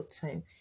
time